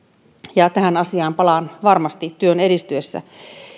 ja tähän asiaan palaan varmasti työn edistyessä